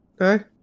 Okay